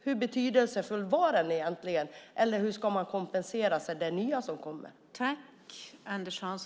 Hur betydelsefull var den egentligen, och hur ska de kompenseras?